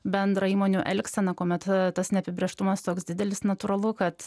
bendrą įmonių elgseną kuomet tas neapibrėžtumas toks didelis natūralu kad